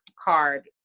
card